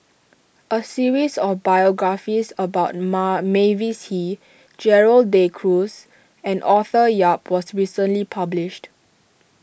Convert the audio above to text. a series of biographies about Mark Mavis Hee Gerald De Cruz and Arthur Yap was recently published